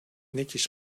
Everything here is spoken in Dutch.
netjes